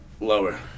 Lower